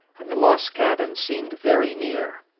and the lost cabin seemed very near.